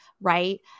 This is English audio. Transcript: right